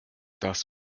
das